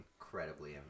incredibly